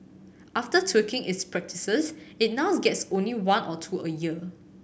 after tweaking its practices it now gets only one or two a year